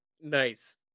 nice